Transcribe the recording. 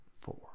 four